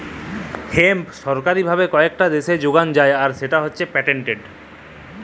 hemp সরকারি ভাবে কয়েকট দ্যাশে যগাল যায় আর সেট হছে পেটেল্টেড